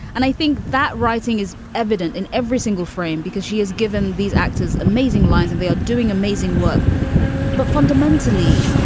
and i think that writing is evident in every single frame because she has given these actors amazing lines and they are doing amazing work but fundamentally,